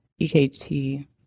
EKT